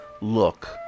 look